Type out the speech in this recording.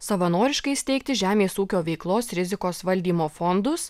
savanoriškai įsteigti žemės ūkio veiklos rizikos valdymo fondus